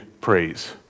praise